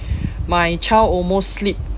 my child almost slipped